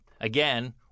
again